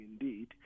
indeed